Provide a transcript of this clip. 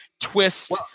twist –